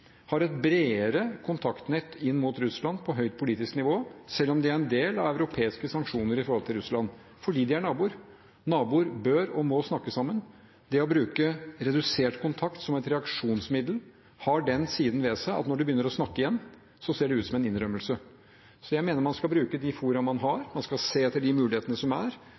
har et bredere kontaktnett inn mot Russland på høyt politisk nivå, selv om de er en del av europeiske sanksjoner overfor Russland – fordi de er naboer. Naboer bør og må snakke sammen. Det å bruke redusert kontakt som et reaksjonsmiddel har den siden ved seg at når man begynner å snakke igjen, ser det ut som en innrømmelse. Så jeg mener man skal bruke de foraene man har, man skal se etter de mulighetene som er,